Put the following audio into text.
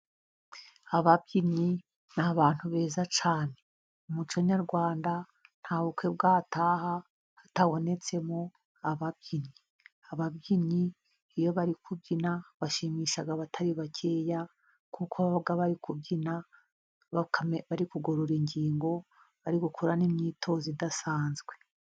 Ababyinnyi ni abantu beza cyane. Mu muco nyarwanda, nta bukwe bwataha hatabotsemo ababyinnyi. ababyinnyi iyo bari kubyina bashimisha abatari bakeya, kuko baba bari kubyina, bari kugorora ingingo, bari gukora n'imyitozo idasanzwe.